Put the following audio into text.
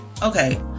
Okay